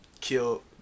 kill